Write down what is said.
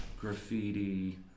graffiti